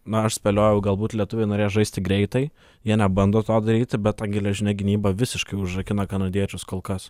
na aš spėliojau galbūt lietuviai norės žaisti greitai jie nebando to daryti bet ta geležinė gynyba visiškai užrakina kanadiečius kol kas